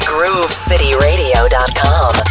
GrooveCityRadio.com